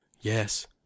Yes